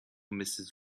mrs